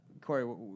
Corey